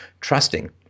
trusting